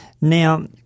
Now